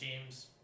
teams